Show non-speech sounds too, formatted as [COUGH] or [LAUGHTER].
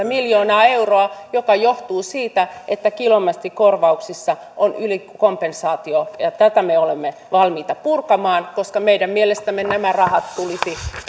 [UNINTELLIGIBLE] miljoonaa euroa mikä johtuu siitä että kilometrikorvauksissa on ylikompensaatio ja ja tätä me olemme valmiita purkamaan koska meidän mielestämme nämä rahat tulisi